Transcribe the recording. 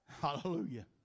Hallelujah